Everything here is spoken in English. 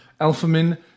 Alphamin